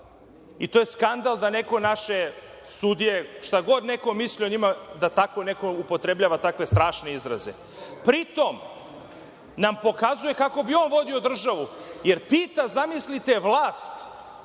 je skandal da tako neko, šta god neko mislio o njima, upotrebljava takve strašne izraze. Pri tome nam pokazuje kako bi on vodio državu, jer pita, zamislite, vlast